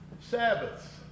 Sabbaths